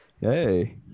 Hey